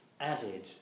added